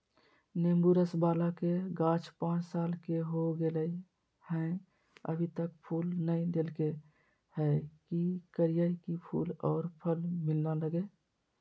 नेंबू रस बाला के गाछ पांच साल के हो गेलै हैं अभी तक फूल नय देलके है, की करियय की फूल और फल मिलना लगे?